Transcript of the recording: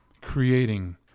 creating